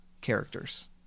characters